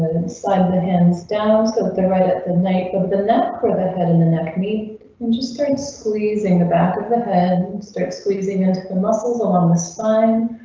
inside the hands down so that the right at the night of the net for the head in the neck meat and just started squeezing the back of the head. start squeezing into the muscles along the spine.